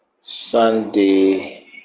Sunday